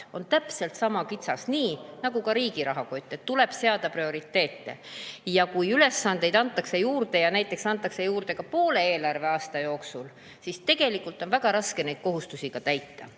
on täpselt sama kitsas nagu ka riigi rahakott. Tuleb seada prioriteete. Kui ülesandeid antakse juurde ja näiteks antakse juurde ka poole eelarveaasta pealt, siis on väga raske neid kohustusi täita.